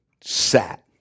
Sat